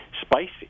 spicy